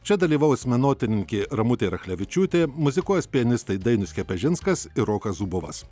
čia dalyvaus menotyrininkė ramutė rachlevičiūtė muzikuos pianistai dainius kepežinskas ir rokas zubovas